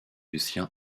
lucien